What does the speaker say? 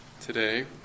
today